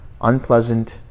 unpleasant